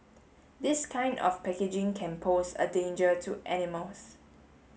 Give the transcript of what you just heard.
this kind of packaging can pose a danger to animals